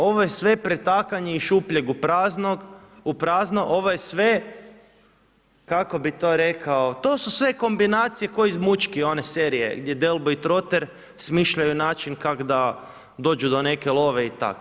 Ovo je sve pretakanje iz šupljeg u prazno, ovo je sve, kako bih to rekao, to su sve kombinacije kao iz Mučki one serije gdje Delboy i Troter smišljaju način kak da dođu do neke love i tak.